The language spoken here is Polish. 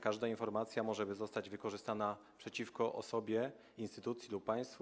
Każda informacja może zostać wykorzystana przeciwko osobie, instytucji lub państwu.